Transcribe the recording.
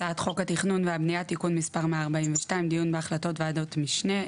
הצעת חוק התכנון והבנייה (תיקון מס' 142) (דיון בהחלטות ועדות משנה),